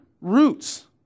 roots